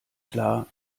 klar